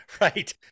Right